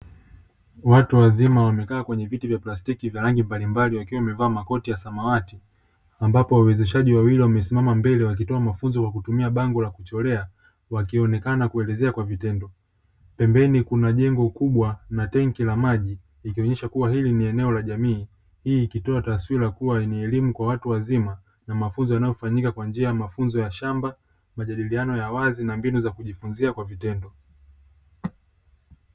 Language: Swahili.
Watu wazima wamekaa kwenye viti vya plastiki vya rangi balibali, wakiwa wamevaa Makoti ya semawati ambapo wawezeshaji wawili wamesima mbele wakitoa mafunzo kwa kutumia bango la kuchorea wakionekana kuelezea kwa vitendo, pembeni kuna jengo kubwa na tenki la likionyesha kuwa hili ni eneo la jamii hii ikitoa taswila kuwa ni elimu kwa watu wazima na mafunzo yanayofanyika kwa njia ya mafunzo ya shamba majadiliano ya wazi na mafunzo ya awali na mbinu za kujifunzia kwa vitendo.